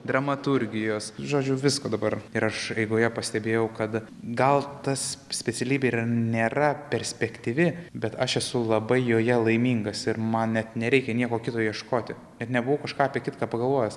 dramaturgijos žodžiu visko dabar ir aš eigoje pastebėjau kad gal tas specialybė ir nėra perspektyvi bet aš esu labai joje laimingas ir man net nereikia nieko kito ieškoti net nebuvau kažką apie kitką pagalvojęs